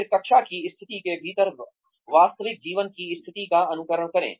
फिर कक्षा की स्थिति के भीतर वास्तविक जीवन की स्थिति का अनुकरण करें